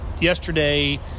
yesterday